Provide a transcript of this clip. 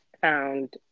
found